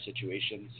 situations